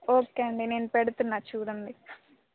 okay అండి నేను పెడుతున్నా చూడండి